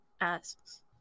asks